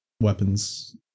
weapons